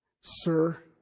Sir